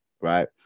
right